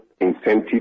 incentive